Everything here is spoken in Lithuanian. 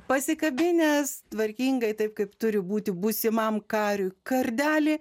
pasikabinęs tvarkingai taip kaip turi būti būsimam kariui kardelį